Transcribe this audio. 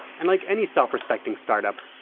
and like any self-respecting start up,